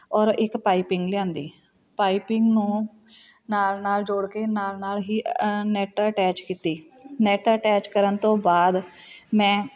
ਔਰ ਇੱਕ ਪਾਈਪਿੰਗ ਲਿਆਉਂਦੀ ਪਾਈਪਿੰਗ ਨੂੰ ਨਾਲ ਨਾਲ ਜੋੜ ਕੇ ਨਾਲ ਨਾਲ ਹੀ ਨੈੱਟ ਅਟੈਚ ਕੀਤੀ ਨੈੱਟ ਅਟੈਚ ਕਰਨ ਤੋਂ ਬਾਅਦ ਮੈਂ